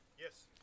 Yes